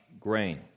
grain